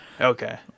okay